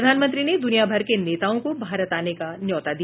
प्रधानमंत्री ने दुनिया भर के नेताओँ को भारत आने का न्यौता दिया